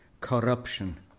corruption